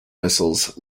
missiles